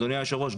אדוני היושב-ראש,